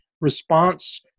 response